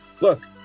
look